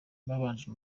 babanje